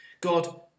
God